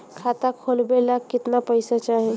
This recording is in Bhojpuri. खाता खोलबे ला कितना पैसा चाही?